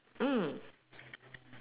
mm